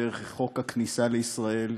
דרך חוק הכניסה לישראל,